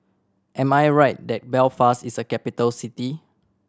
am I right that Belfast is a capital city